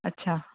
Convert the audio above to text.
अच्छा